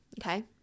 okay